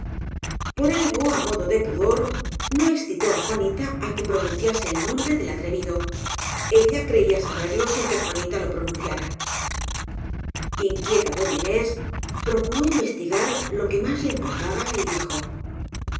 por algo á modo de pudor no excitó á juanita á que pronunciase el nombre del atrevido ella creía saberlo sin que juanita lo pro nunciara inquieta doña inés procuró investigar lo que más le importaba y dijo